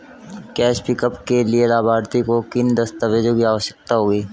Cash pickup के लिए लाभार्थी को किन दस्तावेजों की आवश्यकता होगी?